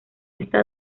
está